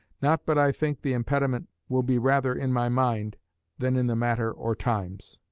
not but i think the impediment will be rather in my mind than in the matter or times.